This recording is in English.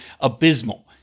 abysmal